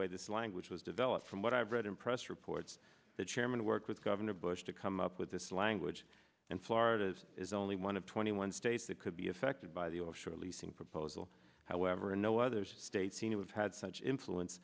way this language was developed from what i've read in press reports the chairman worked with governor bush to come up with this language and florida as is only one of twenty one states that could be affected by the oh sure leasing proposal however no other states seem to have had such influence